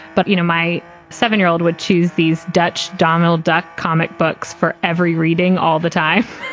but, you know, my seven year old would choose these dutch donald duck comic books for every reading all the time.